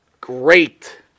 great